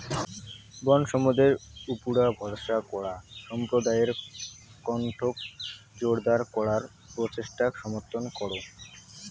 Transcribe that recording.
বনসম্পদের উপুরা ভরসা করা সম্প্রদায়ের কণ্ঠক জোরদার করার প্রচেষ্টাক সমর্থন করো